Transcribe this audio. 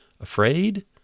Afraid